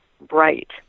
bright